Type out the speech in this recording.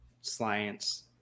science